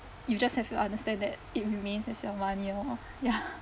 you just have to understand that it remains as your money lor ya